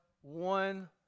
one